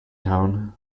tone